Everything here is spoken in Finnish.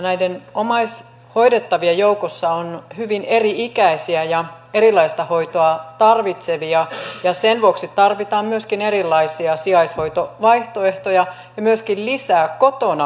näiden omaishoidettavien joukossa on hyvin eri ikäisiä ja erilaista hoitoa tarvitsevia ja sen vuoksi tarvitaan myöskin erilaisia sijaishoitovaihtoehtoja ja lisää kotona tehtävää sijaishoitoa